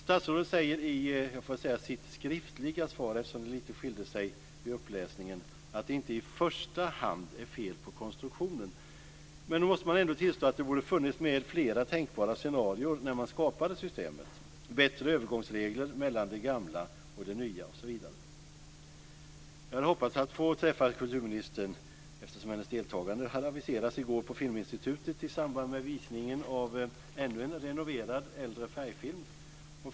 Statsrådet säger i sitt skriftliga svar, som skilde sig lite från det upplästa, att det inte i första hand är fel på konstruktionen. Men då måste man ändå tillstå att det borde funnits med flera tänkbara scenarier när man skapade systemet; bättre övergångsregler mellan det gamla och det nya osv. Jag hade hoppats att få träffa kulturministern eftersom hennes deltagande på Filminstitutet i går hade aviserats i samband med visningen av ännu en renoverad äldre färgfilm.